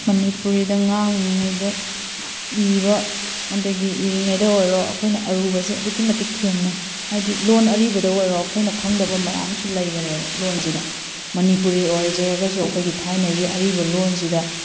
ꯃꯅꯤꯄꯨꯔꯤꯗ ꯉꯥꯡꯂꯤꯉꯩꯗ ꯏꯕ ꯑꯗꯒꯤ ꯏꯔꯤꯉꯩꯗ ꯑꯣꯏꯔꯣ ꯑꯩꯈꯣꯏꯅ ꯑꯔꯨꯕꯁꯦ ꯑꯗꯨꯛꯀꯤ ꯃꯇꯤꯛ ꯊꯦꯡꯅꯩ ꯍꯥꯏꯕꯗꯤ ꯂꯣꯟ ꯑꯔꯤꯕꯗ ꯑꯣꯏꯔꯣ ꯑꯩꯈꯣꯏꯅ ꯈꯪꯗꯕ ꯃꯌꯥꯝꯁꯨ ꯂꯩꯈꯔꯦꯕ ꯂꯣꯟꯁꯤꯗ ꯃꯅꯤꯄꯨꯔꯤ ꯑꯣꯏꯖꯔꯒꯁꯨ ꯑꯩꯈꯣꯏꯒꯤ ꯊꯥꯏꯅꯒꯤ ꯑꯔꯤꯕ ꯂꯣꯟꯁꯤꯗ